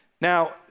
Now